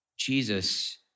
Jesus